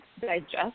digest